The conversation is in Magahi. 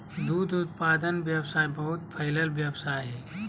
दूध उत्पादन व्यवसाय बहुत फैलल व्यवसाय हइ